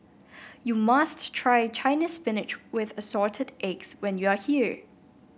you must try Chinese Spinach with Assorted Eggs when you are here